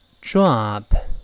drop